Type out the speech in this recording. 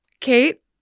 Kate